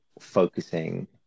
focusing